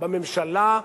בממשלה,